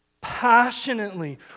Passionately